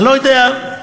לא נורמלי.